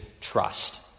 trust